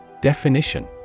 Definition